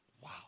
Wow